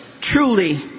Truly